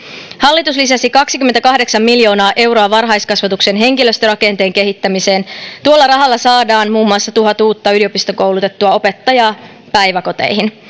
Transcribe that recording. hallitus lisäsi kaksikymmentäkahdeksan miljoonaa euroa varhaiskasvatuksen henkilöstörakenteen kehittämiseen tuolla rahalla saadaan muun muassa tuhat uutta yliopistokoulutettua opettajaa päiväkoteihin